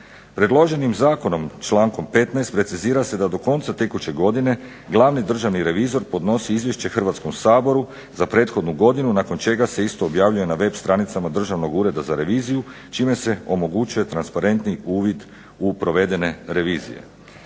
Predloženim zakonom člankom 15. precizira se da do konca tekuće godine Glavni državni revizor podnosi izvješće Hrvatskom saboru za prethodnu godinu nakon čega se isto objavljuje na web stranicama Državnog ureda za reviziju čime se omogućuje transparentniji uvid u provedene revizije.